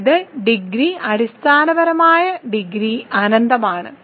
അതായത് ഡിഗ്രി അടിസ്ഥാനപരമായി ഡിഗ്രി അനന്തമാണ്